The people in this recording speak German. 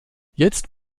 jetzt